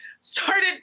Started